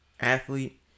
Athlete